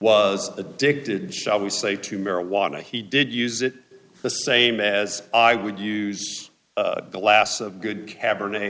was addicted shall we say to marijuana he did use it the same as i would use the last a good cabernet